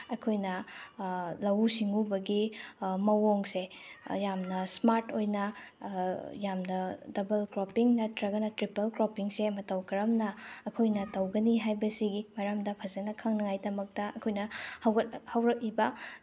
ꯑꯩꯈꯣꯏꯅ ꯂꯧꯎ ꯁꯤꯡꯎꯕꯒꯤ ꯃꯑꯣꯡꯁꯦ ꯌꯥꯝꯅ ꯁ꯭ꯃꯥꯔꯠ ꯑꯣꯏꯅ ꯌꯥꯝꯅ ꯗꯕꯜ ꯀ꯭ꯔꯣꯞꯄꯤꯡ ꯅꯠꯇ꯭ꯔꯒꯅ ꯇ꯭ꯔꯤꯄꯜ ꯀ꯭ꯔꯣꯞꯄꯤꯡꯁꯦ ꯃꯇꯧ ꯀꯔꯝꯅ ꯑꯩꯈꯣꯏꯅ ꯇꯧꯒꯅꯤ ꯍꯥꯏꯕꯁꯤꯒꯤ ꯃꯔꯝꯗ ꯐꯖꯅ ꯈꯪꯅꯉꯥꯏꯗꯃꯛꯇ ꯑꯩꯈꯣꯏꯅ ꯍꯧꯔꯛꯏꯕ